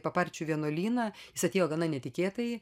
paparčių vienuolyną jis atėjo gana netikėtai